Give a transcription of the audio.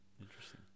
interesting